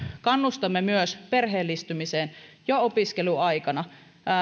kannustamme perheellistymiseen myös jo opiskeluaikana